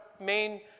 main